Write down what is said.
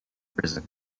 prison